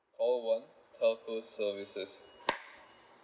call one telco services